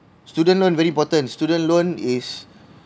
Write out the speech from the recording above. student loan very important student loan is